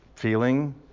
feeling